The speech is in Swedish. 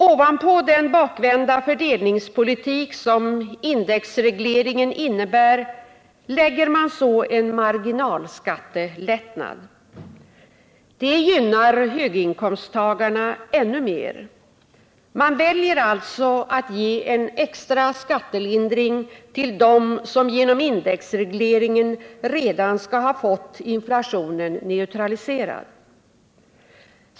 Ovanpå den bakvända fördelningspolitik som indexregleringen innebär lägger man så en marginalskattelättnad. Det gynnar höginkomsttagarna ännu mer. Man väljer alltså att ge en extra skattelindring till dem som genom indexregleringen redan fått inflationen neutraliserad.